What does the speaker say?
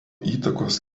įtakos